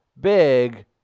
big